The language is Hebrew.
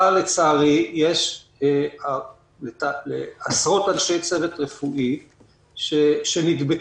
אבל לצערי יש עשרות צוות רפואי שנדבקו,